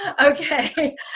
Okay